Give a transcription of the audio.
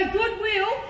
goodwill